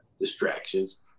distractions